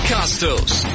Costos